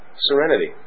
serenity